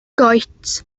goets